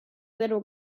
little